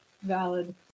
Valid